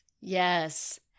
Yes